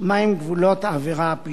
מהם גבולות העבירה הפלילית.